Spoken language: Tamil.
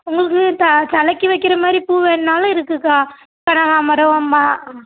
உங்களுக்கு த தலைக்கு வைக்கிற மாதிரி பூ வேணுன்னாலும் இருக்கும்க்கா கனகாமரம் மா